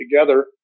together